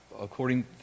according